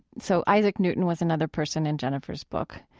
so isaac newton was another person in jennifer's book,